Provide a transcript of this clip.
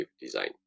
design